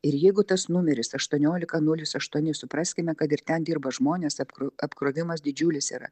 ir jeigu tas numeris aštuoniolika nulis aštuoni supraskime kad ir ten dirba žmonės apkr apkrovimas didžiulis yra